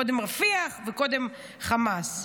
קודם רפיח וקודם חמאס.